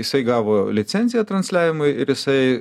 jisai gavo licenciją transliavimui ir jisai